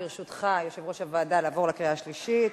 ברשותך, יושב-ראש הוועדה, לעבור לקריאה השלישית?